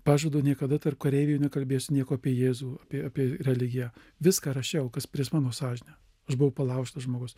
pažadu niekada tarp kareivių nekalbėsiu nieko apie jėzų apie apie religiją viską rašiau kas prieš mano sąžinę aš buvau palaužtas žmogus